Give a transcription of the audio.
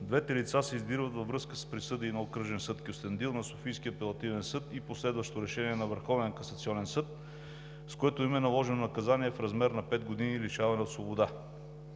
Двете лица се издирват във връзка с присъди на Окръжен съд – Кюстендил, на Софийския апелативен съд и последващо решение на Върховния касационен съд, с което им е наложено наказание в размер на пет години лишаване от свобода.